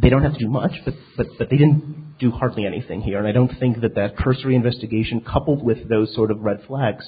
they don't have too much the fact that they didn't do hardly anything here and i don't think that that cursory investigation coupled with those sort of red flags